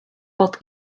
but